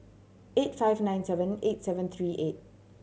eight five nine seven eight seven three eight